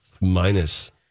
minus